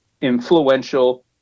influential